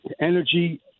energy